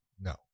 no